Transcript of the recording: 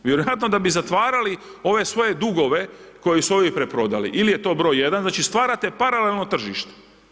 Vjerojatno da bi zatvarali ove svoje dugove koje su ovi preprodali ili je to broj 1, znači stvarate paralelno tržište.